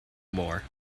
more